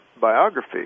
biography